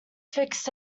fixed